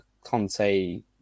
conte